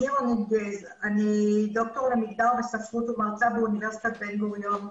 שמי רונית גז אני ד"ר למגדר וספרות ומרצה באוניברסיטת בן גוריון,